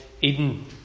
Eden